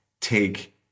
take